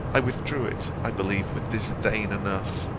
i withdrew it, i believe with disdain enough.